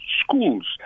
schools